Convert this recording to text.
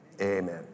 Amen